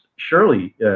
Surely